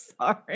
sorry